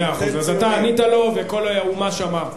לא, הוא אמר לי "חצוף".